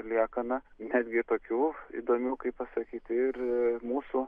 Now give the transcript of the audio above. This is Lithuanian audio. liekaną netgi tokių įdomių kaip pasakyt ir mūsų